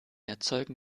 erzeugen